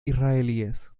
israelíes